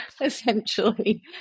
essentially